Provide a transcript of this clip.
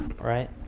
Right